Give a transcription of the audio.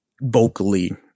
vocally